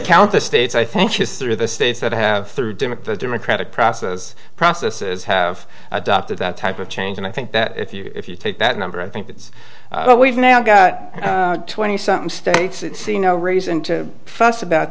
count the states i think she's through the states that have through dimmock the democratic process processes have adopted that type of change and i think that if you if you take that number i think that's what we've now got twenty some states see no reason to fuss about